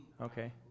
Okay